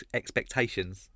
expectations